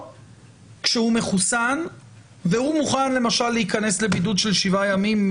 כשהוא מחוסן והוא מוכן למשל להיכנס לבידוד של שבעה ימים.